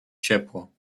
ciepło